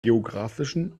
geografischen